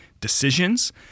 decisions